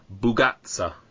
Bugatsa